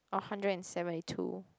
a hundred and seventy two